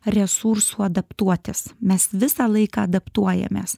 resursų adaptuotis mes visą laiką adaptuojamės